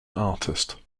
artist